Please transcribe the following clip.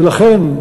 ולכן,